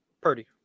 Purdy